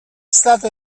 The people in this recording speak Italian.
stato